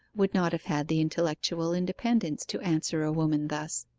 would not have had the intellectual independence to answer a woman thus.